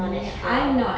oh that's true